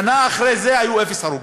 שנה אחרי זה היו אפס הרוגים.